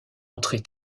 entrée